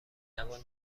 جوان